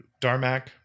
Darmak